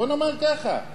בוא נאמר ככה,